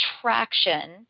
traction